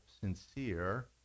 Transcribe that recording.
sincere